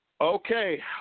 Okay